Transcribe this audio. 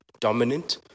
dominant